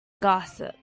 gossip